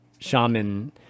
shaman